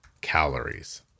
calories